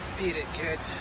beat it, kid.